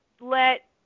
let